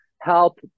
help